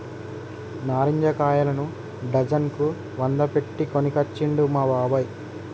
నారింజ కాయలను డజన్ కు వంద పెట్టి కొనుకొచ్చిండు మా బాబాయ్